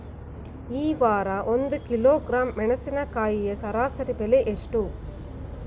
ಈ ವಾರ ಒಂದು ಕಿಲೋಗ್ರಾಂ ಮೆಣಸಿನಕಾಯಿಯ ಸರಾಸರಿ ಬೆಲೆ ಎಷ್ಟು?